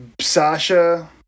Sasha